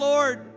Lord